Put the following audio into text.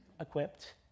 equipped